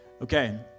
Okay